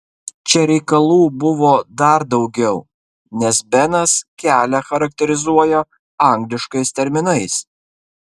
čia reikalų buvo dar daugiau nes benas kelią charakterizuoja angliškais terminais